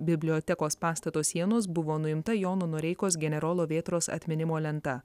bibliotekos pastato sienos buvo nuimta jono noreikos generolo vėtros atminimo lenta